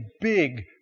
big